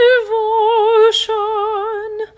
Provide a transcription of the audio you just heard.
devotion